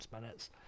minutes